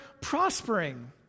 prospering